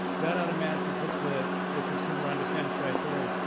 that automatically puts the the consumer on defense right there,